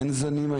אין היום זנים.